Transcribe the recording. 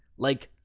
like,